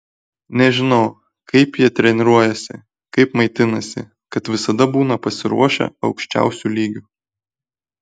nežinau kaip jie treniruojasi kaip maitinasi kad visada būna pasiruošę aukščiausiu lygiu